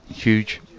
huge